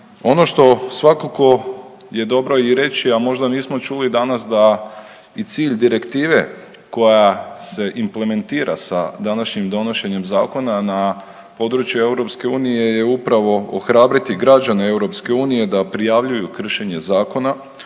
Ono što svakako je dobro i reći, a možda nismo čuli danas da i cilj direktive koja se implementira sa današnjim donošenjem zakona na područje EU je upravo ohrabriti građane EU da prijavljuju kršenje zakona